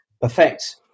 perfect